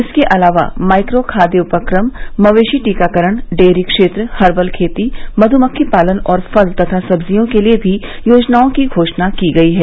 इसके अलावा माइक्रो खाद्य उपक्रम मवेशी टीकाकरण डेयरी क्षेत्र हर्वल खेती मधुमक्खी पालन और फल तथा सब्जियों के लिए भी योजनाओं की घोषणा की गई है